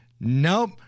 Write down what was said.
Nope